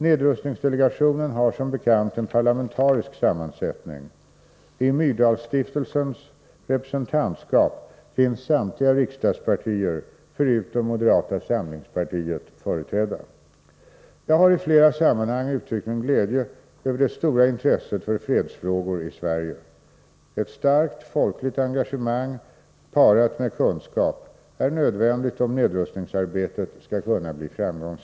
Nedrustningsdelegationen har, som bekant, en parlamentarisk sammansättning. I Myrdalsstiftelsens representantskap finns samtliga riksdagspartier, förutom moderata samlingspartiet, företrädda. Jag har, i flera sammanhang, uttryckt min glädje över det stora intresset för fredsfrågor i Sverige. Ett starkt folkligt engagemang, parat med kunskap, är nödvändigt om nedrustningsarbetet skall kunna bli framgångsrikt.